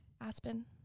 Aspen